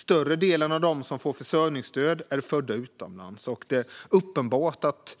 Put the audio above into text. Större delen av dem som får försörjningsstöd är födda utomlands. Det är uppenbart att